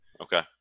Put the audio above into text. Okay